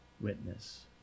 witness